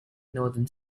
northern